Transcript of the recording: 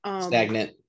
stagnant